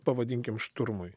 pavadinkim šturmui